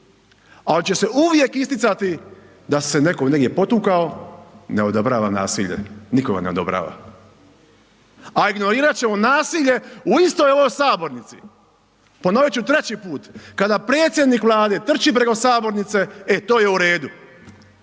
al će se uvijek isticati da se neko negdje potukao, ne odobravam nasilje, niko ga ne odobrava, a ignorirat ćemo nasilje u istoj ovoj sabornici. Ponovit ću treći put, kada predsjednik Vlade trči preko sabornice, e to je u redu,